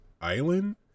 Island